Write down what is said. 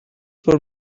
for